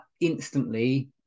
instantly